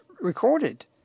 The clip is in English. recorded